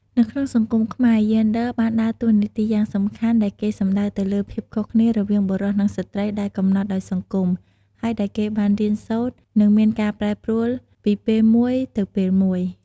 នៅក្នុងសង្គមខ្មែរយេនឌ័របានដើរតួរយ៉ាងសំខាន់ ដែលគេសំដៅទៅលើភាពខុសគ្នា រវាងបុរសនិងស្រ្តីដែលកំណត់ដោយសង្គម ហើយដែលគេបានរៀនសូត្រ និងមានការប្រែប្រួលពីពេលមួយទៅពេលមួយ ។